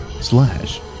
Slash